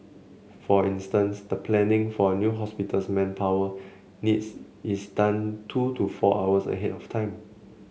for instance the planning for a new hospital's manpower needs is done two to four hours ahead of time